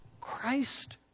Christ